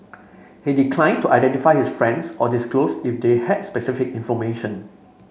he declined to identify his friends or disclose if they had specific information